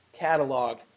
cataloged